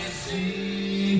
see